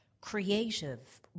creative